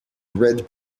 red